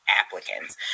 applicants